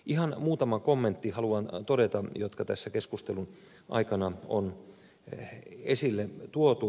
ihan muutaman kommentin haluan todeta jotka tässä keskustelun aikana on esille tuotu